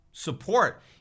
support